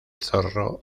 zorro